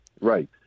right